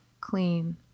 clean